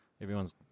everyone's